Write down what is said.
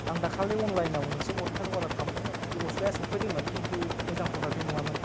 आं दाखालि अनलाइनाव मोनसे गस्ला शार्त अर्दार खालामदोंमोन बे गस्लाया सफैदोंमोन किन्तु मोजां प्रदाक्तनि नङामोन